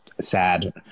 sad